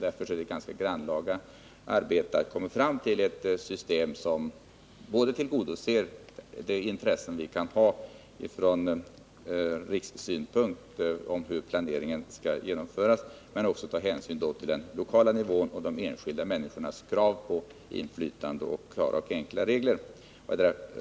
Därför är det ett ganska grannlaga arbete att komma fram till ett system som både tillgodoser de intressen vi kan ha från rikssynpunkt av hur planeringen skall genomföras och tar hänsyn till den lokala nivån och de enskilda människornas krav på inflytande och regler som är klara och enkla.